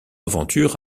aventure